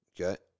Okay